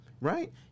right